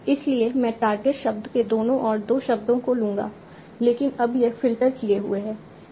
इसलिए मैं टारगेट शब्द के दोनों ओर 2 शब्दों को लूंगा लेकिन अब ये फ़िल्टर किए हुए हैं